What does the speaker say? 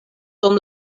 dum